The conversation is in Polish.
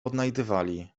odnajdywali